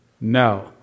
No